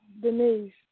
Denise